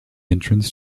entrance